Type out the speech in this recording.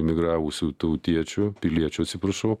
emigravusių tautiečių piliečių atsiprašau